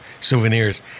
souvenirs